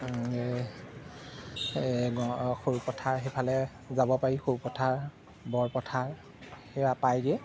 সৰুপথাৰ সেইফালে যাব পাৰি সৰুপথাৰ বৰপথাৰ সেয়া পায়গৈ